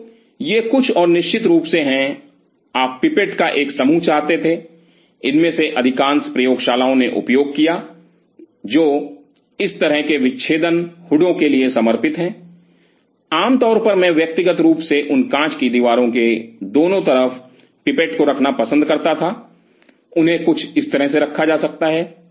तो ये कुछ और निश्चित रूप से हैं आप पिपेट का एक समूह चाहते थे इनमें से अधिकांश प्रयोगशालाओं ने उपयोग किया जो इस तरह के विच्छेदन हुडों के लिए समर्पित हैं आम तौर पर मैं व्यक्तिगत रूप से उन कांच की दीवारों के दोनों तरफ पिपेट को रखना पसंद करता था उन्हें कुछ इस तरह से रखा जा सकता है